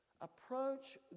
Approach